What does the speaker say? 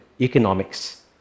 economics